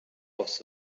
aufs